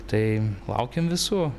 tai laukiam visų